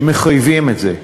שמחייבים את זה.